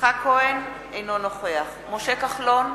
יצחק כהן, אינו נוכח משה כחלון,